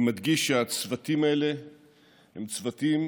אני מדגיש שהצוותים האלה הם צוותים